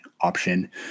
option